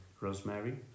rosemary